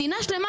מדינה שלמה,